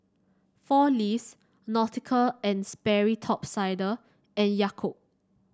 Four Leaves Nautica And Sperry Top Sider and Yakult